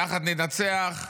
יחד ננצח.